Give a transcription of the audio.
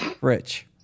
Rich